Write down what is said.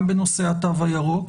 גם בנושא התו הירוק.